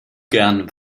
gern